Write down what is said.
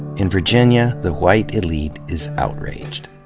in virginia, the white elite is outraged.